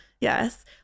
Yes